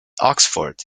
oxford